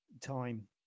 time